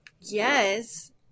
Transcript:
Yes